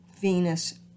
Venus